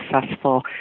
successful